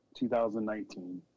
2019